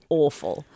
awful